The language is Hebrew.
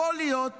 יכול להיות